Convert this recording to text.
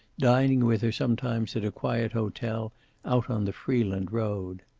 dining with her sometimes at a quiet hotel out on the freeland road.